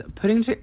putting